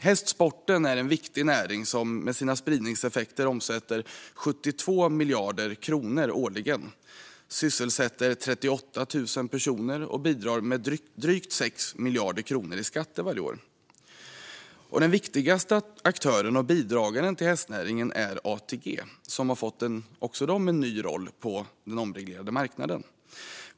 Hästsporten är en viktig näring som med sina spridningseffekter omsätter 72 miljarder kronor årligen, sysselsätter 38 000 personer och bidrar med drygt 6 miljarder kronor i skatter varje år. Den viktigaste aktören och bidragaren till hästnäringen är ATG, som också har fått en ny roll på den omreglerade marknaden.